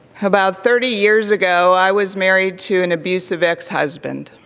about thirty years ago, i was married to an abusive ex-husband